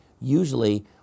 usually